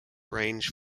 range